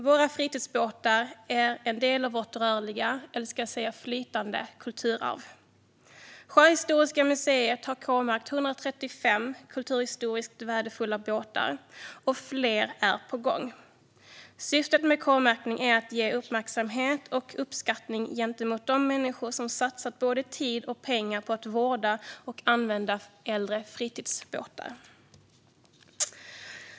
Våra fritidsbåtar är en del av vårt rörliga - jag kanske ska säga flytande - kulturarv. Sjöhistoriska museet har k-märkt 135 kulturhistoriskt värdefulla båtar, och fler är på gång. Syftet med k-märkning är att visa uppmärksamhet och uppskattning gentemot de människor som satsat både tid och pengar på att vårda och använda äldre fritidsbåtar.